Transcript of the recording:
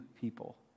people